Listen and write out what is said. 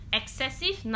excessive